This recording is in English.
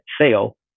sale